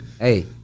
Hey